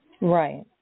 Right